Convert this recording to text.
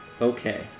Okay